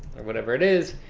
or whatever it is.